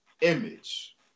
image